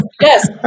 yes